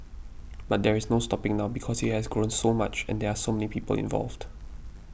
but there is no stopping now because it has grown so much and there are so many people involved